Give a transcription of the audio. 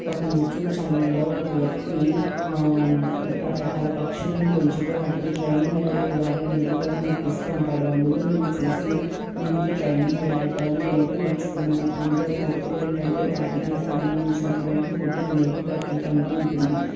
ఒక యూట్యూబ్ ఛానల్లో ఒక వ్యక్తి రకరకాల పక్షులను పెంచుతూ వాటికి ట్రైనింగ్ ఎలా ఇవ్వాలి అనేది కూడా నేర్పిస్తూ ఉంటాడు అందులో నేను చూసి దీనికి ట్రైనింగ్ ఎలా ఇవ్వాలి అనేది నేర్చుకున్నాను అందులో మొదటిగా ఏంటంటే వాటికి సంబంధించినటువంటి ఫుడ్ అనేది ప్రత్యేకంగా ఉంటుంది